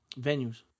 venues